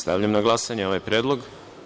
Stavljam na glasanje ovaj Predlog.